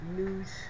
news